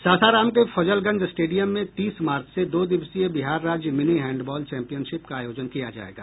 सासाराम के फजलगंज स्टेडियम में तीस मार्च से दो दिवसीय बिहार राज्य मिनी हैंडबॉल चैंपियनशिप का आयोजन किया जायेगा